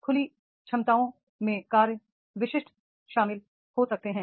खुली क्षमताओं में कार्य विशिष्ट शामिल हो सकते हैं